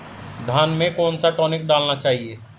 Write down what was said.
धान में कौन सा टॉनिक डालना चाहिए?